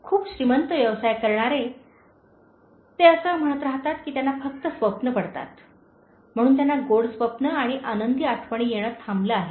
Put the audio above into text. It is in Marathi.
खूप श्रीमंत व्यवसाय करणारे ते असे म्हणत राहतात की त्यांना फक्त स्वप्ने पडतात म्हणून त्यांना गोड स्वप्ने आणि आनंदी आठवणी येणे थांबले आहे